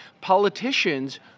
politicians